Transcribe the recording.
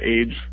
age